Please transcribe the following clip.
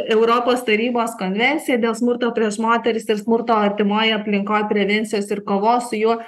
europos tarybos konvencija dėl smurto prieš moteris ir smurto artimoj aplinkoj prevencijos ir kovos su juo